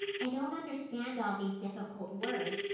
i don't understand all these difficult words,